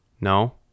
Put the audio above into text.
No